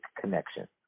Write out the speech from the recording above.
connection